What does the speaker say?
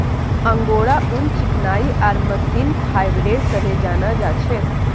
angora ऊन चिकनाई आर महीन फाइबरेर तने जाना जा छे